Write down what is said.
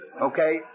Okay